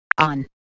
on